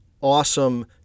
awesome